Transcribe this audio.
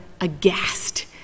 aghast